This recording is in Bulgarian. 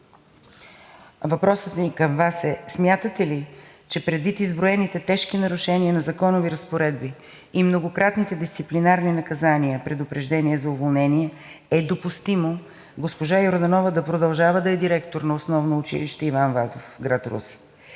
въпросът ми към Вас е: смятате ли, че предвид изброените тежки нарушения на законови разпоредби и многократните дисциплинарни наказания „предупреждение за уволнение“ е допустимо госпожа Йорданова да продължава да е директор на ОУ „Иван Вазов“ – град Русе?